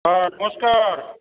হ্যাঁ নমস্কার